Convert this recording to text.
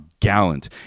gallant